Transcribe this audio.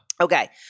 Okay